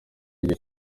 igihe